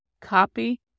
copy